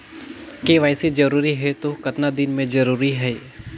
KYC जरूरी हे तो कतना दिन मे जरूरी है?